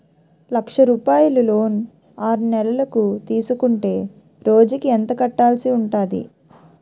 లక్ష రూపాయలు లోన్ ఆరునెలల కు తీసుకుంటే రోజుకి ఎంత కట్టాల్సి ఉంటాది?